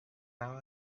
now